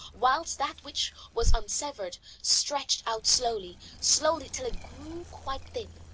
whilst that which was unsevered stretched out slowly, slowly, till it grew quite thin.